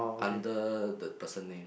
under the person name